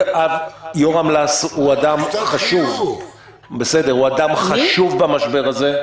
יורם לס הוא אדם חשוב במשבר הזה.